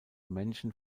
menschen